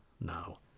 now